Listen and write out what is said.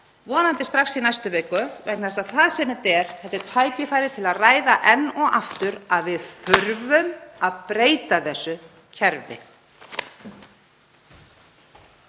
vonandi strax í næstu viku, vegna þess að þetta er tækifæri til að ræða enn og aftur að við þurfum að breyta þessu kerfi.